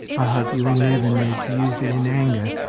i hope you will never need to use it in anger,